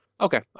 Okay